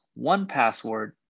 OnePassword